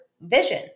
vision